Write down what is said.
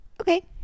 okay